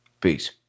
Peace